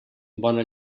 bona